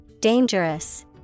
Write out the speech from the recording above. Dangerous